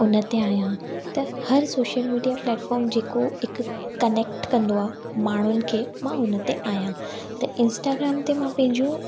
उनते आहियां त हर शोशल मीडिया प्लैटफॉम जेको हिक कनैक्ट कंदो आहे माण्हुनि खे मां हुनते आहियां त इंस्टाग्राम ते मां पंहिंजो